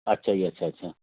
अच्छा जी अच्छा अच्छा